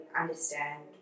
understand